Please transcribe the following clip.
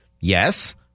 Yes